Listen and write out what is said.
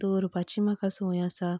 दवरपाची म्हाका संवय आसा